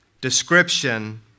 description